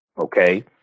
Okay